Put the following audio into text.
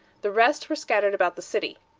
the rest were scattered about the city.